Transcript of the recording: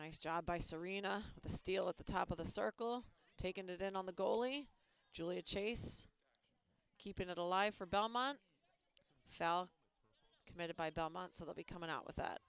nice job by serena the steal at the top of the circle taken to then on the goalie julia chase keeping it alive for belmont felt committed by belmont so they'll be coming out with that